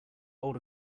old